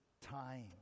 time